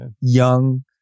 young